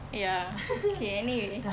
ya okay anyway